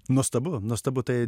nuostabu nuostabu tai